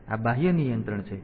તેથી આ બાહ્ય નિયંત્રણ છે